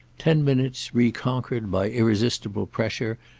ten minutes reconquered, by irresistible pressure,